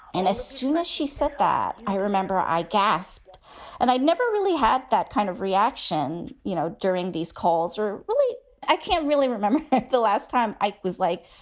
and as soon as she said that, i remember i gasped and i never really had that kind of reaction, you know, during these calls or really i can't really remember the last time i was like,